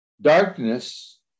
darkness